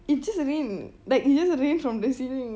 it just rained like it just rained from the ceiling